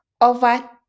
over